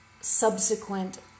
subsequent